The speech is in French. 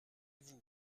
vous